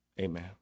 Amen